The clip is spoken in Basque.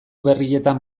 berrietan